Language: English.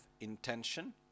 intention